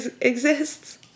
exists